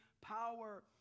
power